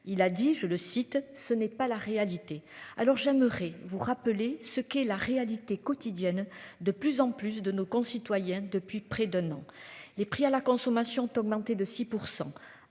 Il a dit je le cite, ce n'est pas la réalité. Alors j'aimerais vous rappeler ce qu'est la réalité quotidienne de plus en plus de nos concitoyens depuis près d'un an, les prix à la consommation ont augmenté de 6%